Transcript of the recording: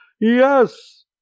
Yes